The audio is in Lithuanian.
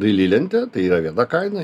dailylentė tai yra viena kaina